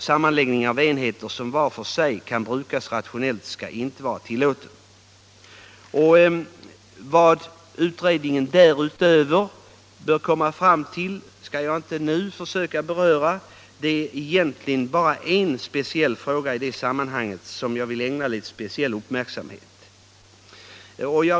Sammanläggning av enheter som var för sig kan brukas rationellt skall inte vara tillåten. Vad utredningen därutöver bör komma fram till skall jag inte nu beröra. Det är egentligen bara en fråga i sammanhanget som jag vill ägna speciell uppmärksamhet.